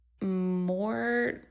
more